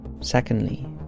Secondly